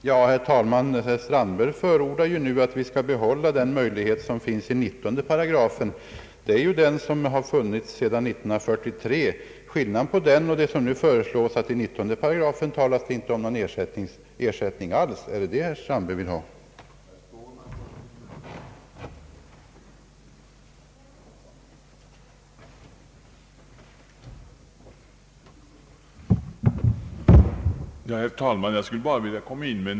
Herr talman! Herr Strandberg förordar nu att vi skall behålla den möjlighet som finns i 198, nämligen den som funnits sedan år 1943. Skillnaden mellan den lydelsen och den nu föreslagna är att i hittillsvarande 19 § inte talas om någon ersättning alls. är det den lydelsen herr Strandberg vill ha kvar?